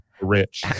rich